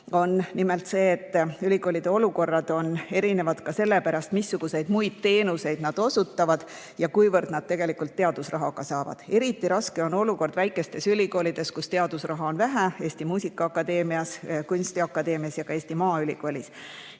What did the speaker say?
on nimelt see, et ülikoolide olukorrad on erinevad ka selle poolest, missuguseid muid teenuseid nad osutavad ja kuivõrd nad teadusraha saavad. Eriti raske on olukord väikestes ülikoolides, kus teadusraha on vähe: Eesti Muusika- ja Teatriakadeemias, Eesti Kunstiakadeemias ja ka Eesti Maaülikoolis.